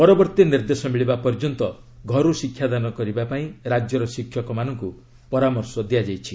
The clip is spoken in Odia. ପରବର୍ତ୍ତୀ ନିର୍ଦ୍ଦେଶ ମିଳିବା ପର୍ଯ୍ୟନ୍ତ ଘରୁ ଶିକ୍ଷାଦାନ କରିବା ପାଇଁ ରାଜ୍ୟର ଶିକ୍ଷକ ମାନଙ୍କୁ ପରାମର୍ଶ ଦିଆଯାଇଛି